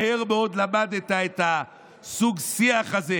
מהר מאוד למדת את סוג השיח הזה,